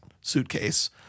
suitcase